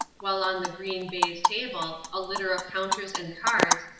while on the green baize table a litter of counters and cards,